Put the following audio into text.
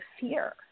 fear